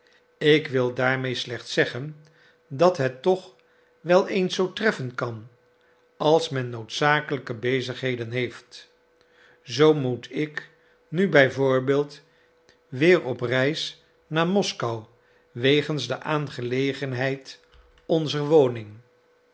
ik wil daarmee slechts zeggen dat het toch wel eens zoo treffen kan als men noodzakelijke bezigheden heeft zoo moet ik nu b v weer op reis naar moskou wegens de aangelegenheid onzer woning